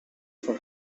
for